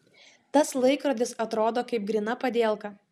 tas laikrodis atrodo kaip gryna padielka